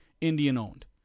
Indian-owned